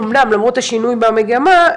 אמנם למרות השינוי במגמה,